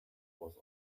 was